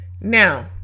Now